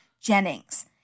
Jennings